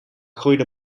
groeide